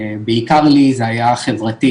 בעיקר לי זה היה חברתית,